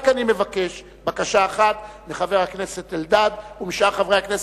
רק אני מבקש בקשה אחת מחבר הכנסת אלדד ומשאר חברי הכנסת,